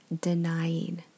denying